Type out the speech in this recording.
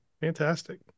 fantastic